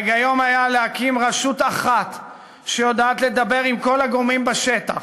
ההיגיון היה להקים רשות אחת שיודעת לדבר עם כל הגורמים בשטח,